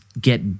get